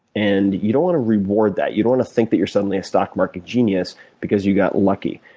and you don't want to reward that, you don't want to think that you're suddenly a stock market genius because you got lucky.